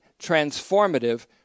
transformative